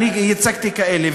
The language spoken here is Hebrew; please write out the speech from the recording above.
אני ייצגתי כאלה,